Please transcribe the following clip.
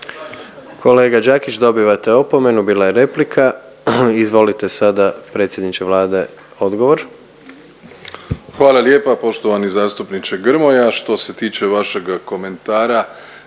Kolega Đakić dobivate opomenu, bila je replika. Izvolite sada predsjedniče Vlade odgovor. **Plenković, Andrej (HDZ)** Hvala lijepa poštovani zastupniče Grmoja. Što se tiče vašega komentara